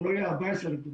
הוא לא יהיה 14,00 דונם.